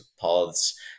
paths